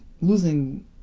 losing